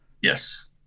Yes